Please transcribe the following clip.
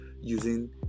using